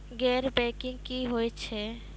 गैर बैंकिंग की होय छै?